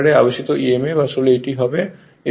তাই রটার এ আবেশিত emf আসলে এটি হবে SE2